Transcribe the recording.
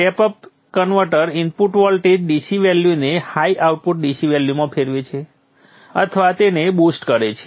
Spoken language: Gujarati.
step up converter input voltage DC વેલ્યુને હાઇ આઉટપુટ DC વેલ્યુમાં ફેરવે છે અથવા તેને બુસ્ટ કરે છે